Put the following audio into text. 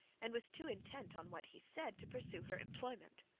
and was too intent on what he said to pursue her employment